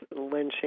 lynching